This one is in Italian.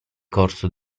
corso